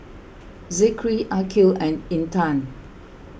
Zikri Aqil and Intan